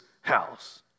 house